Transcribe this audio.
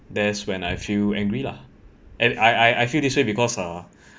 that's when I feel angry lah and I I feel this way because uh